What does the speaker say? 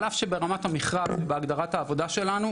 על אף שבהגדרת המכרז ובהגדרת העבודה שלנו,